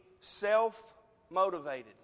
self-motivated